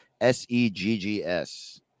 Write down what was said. S-E-G-G-S